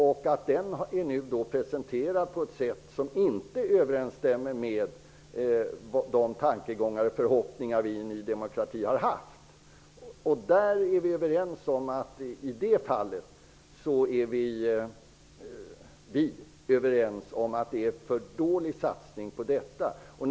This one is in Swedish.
Det som nu har presenterats överensstämmer inte med de tankegångar och förhoppningar som vi i Ny demokrati har haft. Vi är överens om att satsningen i det fallet har varit dålig.